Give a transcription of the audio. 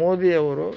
ಮೋದಿಯವರು